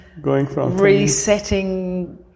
resetting